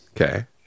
Okay